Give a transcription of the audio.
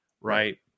right